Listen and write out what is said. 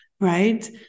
right